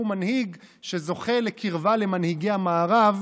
הוא מנהיג שזוכה לקרבה למנהיגי המערב,